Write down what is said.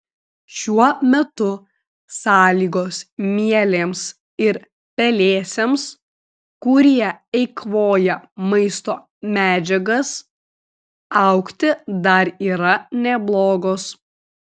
šiuo metu sąlygos mielėms ir pelėsiams kurie eikvoja maisto medžiagas augti dar yra neblogos